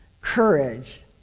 courage